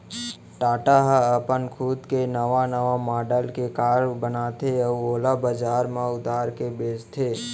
टाटा ह अपन खुद के नवा नवा मॉडल के कार बनाथे अउ ओला बजार म उतार के बेचथे